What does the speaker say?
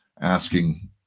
asking